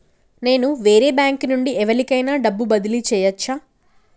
నేను వేరే బ్యాంకు నుండి ఎవలికైనా డబ్బు బదిలీ చేయచ్చా?